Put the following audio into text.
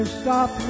stop